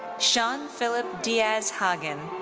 sean phillip diaz-hagan.